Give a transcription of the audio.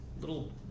Little